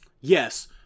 Yes